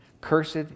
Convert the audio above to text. cursed